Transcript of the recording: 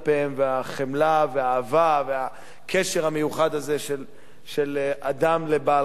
החמלה והאהבה והקשר המיוחד הזה של אדם לבעל-חיים,